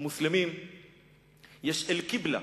המוסלמים יש אל-קיבלה,